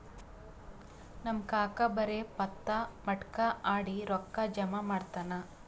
ನಮ್ ಕಾಕಾ ಬರೇ ಪತ್ತಾ, ಮಟ್ಕಾ ಆಡಿ ರೊಕ್ಕಾ ಜಮಾ ಮಾಡ್ತಾನ